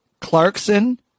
Clarkson